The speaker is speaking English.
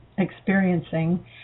experiencing